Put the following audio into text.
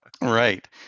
Right